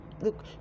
look